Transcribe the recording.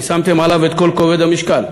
כי שמתם עליו את כל כובד המשקל.